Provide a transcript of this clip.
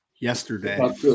Yesterday